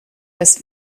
this